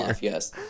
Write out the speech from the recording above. yes